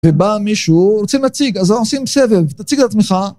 ובא מישהו, רוצים להציג, אז עושים סבב, תציג את עצמך.